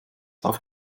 auf